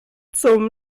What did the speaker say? zum